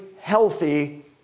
healthy